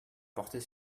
porter